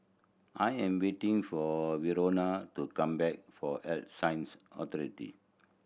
I am waiting for Verona to come back for Health Sciences Authority